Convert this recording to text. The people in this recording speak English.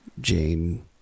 jane